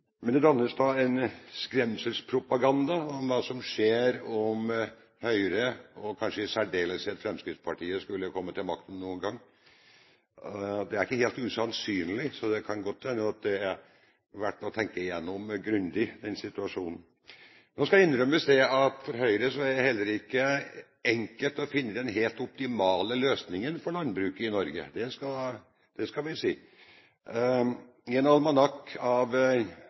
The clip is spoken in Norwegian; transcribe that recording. men noe går i samme bane som det har gjort i lange, lange tider i Norge. Det er en skremselspropaganda om hva som skjer om Høyre – og kanskje i særdeleshet Fremskrittspartiet – skulle komme til makten en gang. Det er ikke helt usannsynlig, så det kan godt hende at det er verdt å tenke grundig igjennom den situasjonen. Nå skal det innrømmes at heller ikke for Høyre er det enkelt å finne den helt optimale løsningen for landbruket i Norge, det skal vi si. I en almanakk